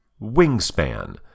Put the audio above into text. Wingspan